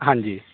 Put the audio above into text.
ਹਾਂਜੀ